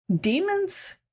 Demons